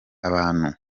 abantu